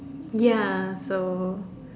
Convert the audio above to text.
ya so